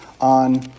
on